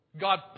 God